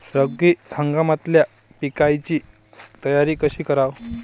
रब्बी हंगामातल्या पिकाइची तयारी कशी कराव?